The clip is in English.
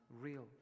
real